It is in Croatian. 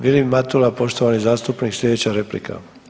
Vilim Matula, poštovani zastupnik, sljedeća replika.